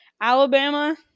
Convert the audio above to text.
Alabama